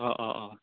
অ অ অ